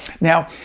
Now